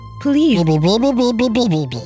Please